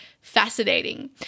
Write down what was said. fascinating